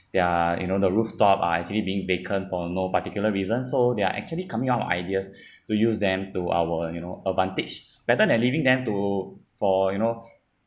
their you know the rooftop are actually being vacant for no particular reason so they're actually coming out with ideas to use them to our you know advantage rather than leaving them to for you know